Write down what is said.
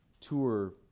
tour